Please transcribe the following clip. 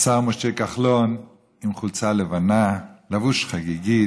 השר משה כחלון, עם חולצה לבנה, לבוש חגיגי.